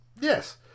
Yes